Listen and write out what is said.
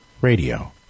Radio